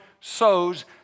sows